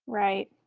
right,